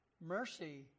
Mercy